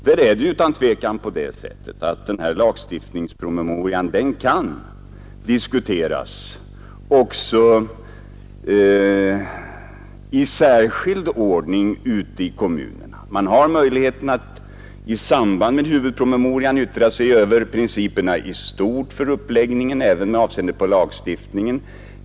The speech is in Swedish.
Det är utan tvivel så att denna lagstiftningspromemoria kan diskuteras också i särskild ordning ute i kommunerna. Man har möjligheter att i samband med huvudpromemorian yttra sig över principerna i stort för uppläggningen, även med avseende på lagstiftningen.